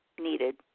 needed